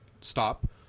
stop